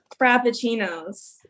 Frappuccinos